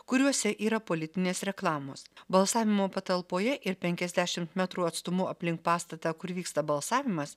kuriuose yra politinės reklamos balsavimo patalpoje ir penkiasdešimt metrų atstumu aplink pastatą kur vyksta balsavimas